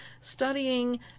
studying